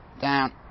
down